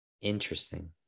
interesting